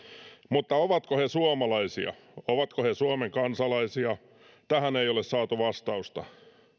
mutta ovatko he suomalaisia ovatko he suomen kansalaisia tähän ei ole saatu vastausta